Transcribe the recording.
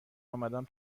آمدم